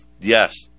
yes